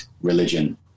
religion